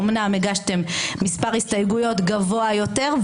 אומנם הגשתם מספר הסתייגויות גבוה יותר,